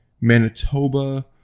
Manitoba